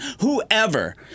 whoever